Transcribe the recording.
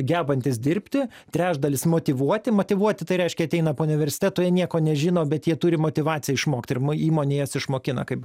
gebantys dirbti trečdalis motyvuoti motyvuoti tai reiškia ateina po universiteto jie nieko nežino bet jie turi motyvaciją išmokti ir įmonė jas išmokina kaip